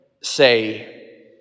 say